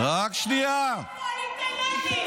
קראת להם פועלים תאילנדים.